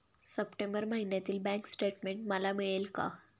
September महिन्यातील bank statement मला मिळेल का?